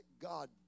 God